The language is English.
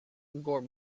gar